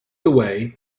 away